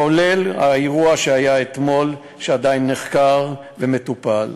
כולל האירוע שהיה אתמול, שעדיין נחקר ומטופל.